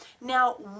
Now